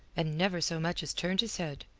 and never so much as turned his head.